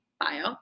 bio